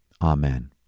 Amen